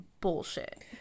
bullshit